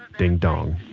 ding dong